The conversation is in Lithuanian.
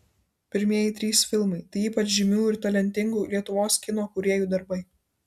pirmieji trys filmai tai ypač žymių ir talentingų lietuvos kino kūrėjų darbai